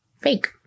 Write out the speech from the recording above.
fake